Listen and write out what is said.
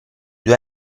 due